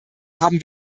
haben